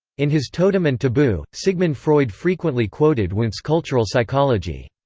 in his totem and taboo, sigmund freud frequently quoted wundt's cultural psychology.